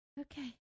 Okay